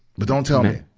but don't tell me!